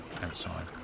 outside